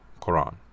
Quran